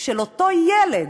של אותו ילד,